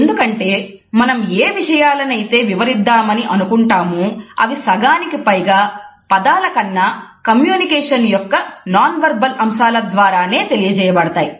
ఎందుకంటే మనం ఏ విషయాలైతే వివరిద్దామని అనుకుంటామో అవి సగానికిపైగా పదాల కన్నా కమ్యూనికేషన్ యొక్క నాన్ వెర్బల్ అంశాల ద్వారా నే తెలియజేయబడతాయి